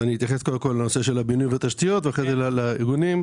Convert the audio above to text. אני אתייחס לבינוי ותשתיות, אחרי זה לארגונים.